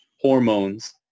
hormones